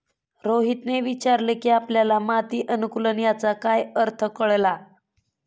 रोहितने विचारले की आपल्याला माती अनुकुलन याचा काय अर्थ कळला?